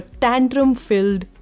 tantrum-filled